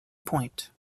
point